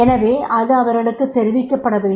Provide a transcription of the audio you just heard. எனவே அது அவர்களுக்குத் தெரிவிக்கப்பட வேண்டும்